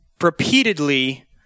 repeatedly